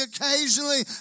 occasionally